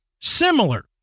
similar